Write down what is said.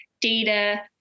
data